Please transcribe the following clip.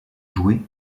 joué